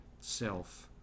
self